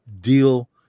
deal